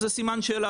זה סימן שאלה,